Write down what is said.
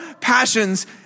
passions